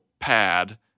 pad